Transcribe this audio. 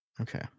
Okay